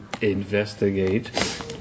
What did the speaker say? investigate